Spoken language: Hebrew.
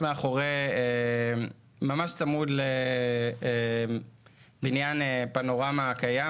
ממש צמוד לבניין פנורמה הקיים.